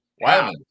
Wow